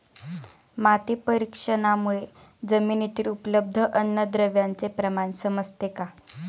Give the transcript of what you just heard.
माती परीक्षणामुळे जमिनीतील उपलब्ध अन्नद्रव्यांचे प्रमाण समजते का?